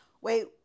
Wait